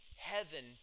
heaven